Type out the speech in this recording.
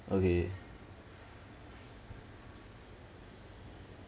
okay